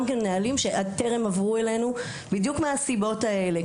יש גם מנהלים שטרם עברו אלינו בדיוק מהסיבות האלה,